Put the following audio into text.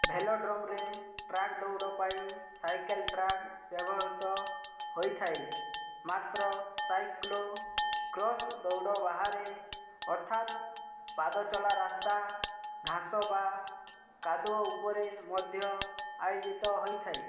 ଭେଲୋଡ୍ରୋମ୍ରେ track ଦୌଡ଼ ପାଇଁ cycle track ବ୍ୟବହୃତ ହୋଇଥାଏ ମାତ୍ର ସାଇକ୍ଳୋ କ୍ରସ୍ ଦୌଡ଼ ବାହାରେ ଅର୍ଥାତ ପାଦଚଲା ରାସ୍ତା ଘାସ ବା କାଦୁଅ ଉପରେ ମଧ୍ୟ ଆୟୋଜିତ ହୋଇଥାଏ